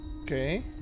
Okay